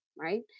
Right